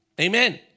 Amen